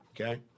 okay